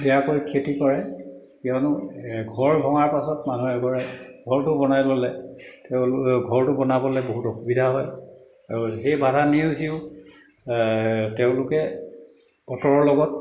বেয়াকৈ ক্ষতি কৰে কিয়নো ঘৰ ভঙাৰ পাছত মানুহ এঘৰে ঘৰটো বনাই ল'লে ঘৰটো বনাবলৈ বহুত অসুবিধা হয় আৰু সেই বাধা নেওচিও তেওঁলোকে বতৰৰ লগত